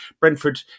Brentford